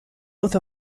oath